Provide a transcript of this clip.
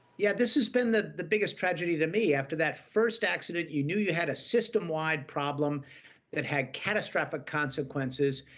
yeah this has been the the biggest tragedy to me. after that first accident, you knew you had a systemwide problem that had catastrophic consequences,